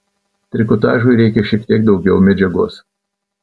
trikotažui reikia šiek teik daugiau medžiagos